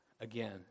again